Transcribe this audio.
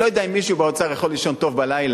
אני לא יודע אם מישהו באוצר יכול לישון טוב בלילה